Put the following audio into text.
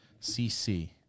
CC